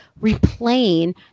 replaying